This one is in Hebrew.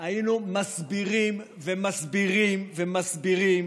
היינו מסבירים ומסבירים ומסבירים